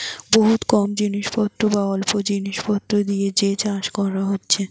বহুত কম জিনিস পত্র বা অল্প জিনিস পত্র দিয়ে যে চাষ কোরা হচ্ছে